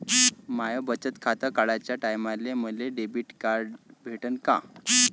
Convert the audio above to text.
माय बचत खातं काढाच्या टायमाले मले डेबिट कार्ड भेटन का?